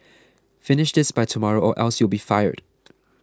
finish this by tomorrow or else you'll be fired